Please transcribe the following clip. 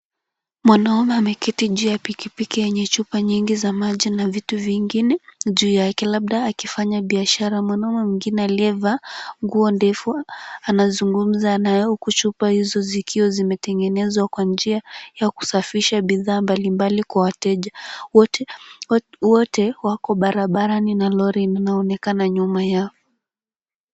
Mwanaume ameketi juu ya pikipiki yenye chupa nyingi za maji na vitu vingine juu yake, labda akifanya biashara. Mwanaume mwingine aliyevaa nguo ndefu anazungumza naye huku chupa hizo zikiwa zimetengenezwa kwa njia ya kusafisha bidhaa mbalimbali kwa wateja. Wote wako barabarani, na lori linaonekana nyuma yao.